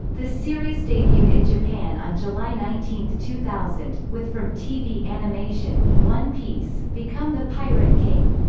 the series debuted in japan on july nineteen, two thousand, with from tv animation one piece become the pirate king.